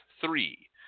three